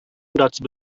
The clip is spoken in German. dazu